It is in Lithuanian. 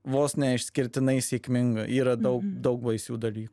vos ne išskirtinai sėkminga yra daug daug baisių dalykų